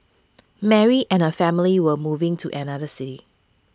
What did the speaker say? Mary and her family were moving to another city